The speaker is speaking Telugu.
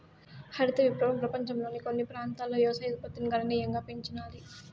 హరిత విప్లవం పపంచంలోని కొన్ని ప్రాంతాలలో వ్యవసాయ ఉత్పత్తిని గణనీయంగా పెంచినాది